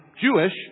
Jewish